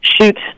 shoot